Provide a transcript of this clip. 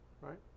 right